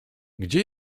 gdzie